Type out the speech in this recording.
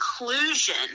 inclusion